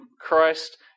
Christ